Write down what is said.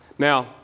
Now